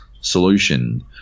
solution